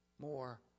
more